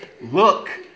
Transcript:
Look